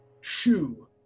shoe